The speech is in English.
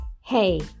Hey